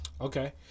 Okay